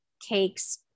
cakes